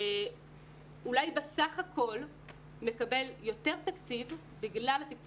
שאולי בסך הכול מקבל יותר תקציב בגלל התקצוב